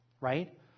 right